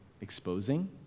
exposing